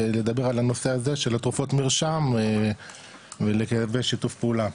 לדבר על הנושא הזה של תרופות מרשם ולייצר שיתוף פעולה.